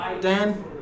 Dan